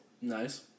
Nice